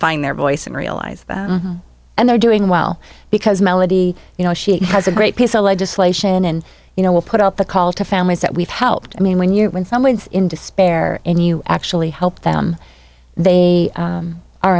find their voice and realize and they're doing well because melody you know she has a great piece of legislation and you know will put out the call to families that we've helped i mean when you're when someone's in despair and you actually help them they